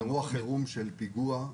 אירוע חירום של פיגוע,